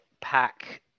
pack